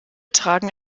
tragen